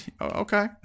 Okay